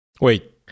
Wait